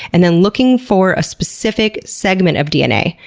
and then looking for a specific segment of dna,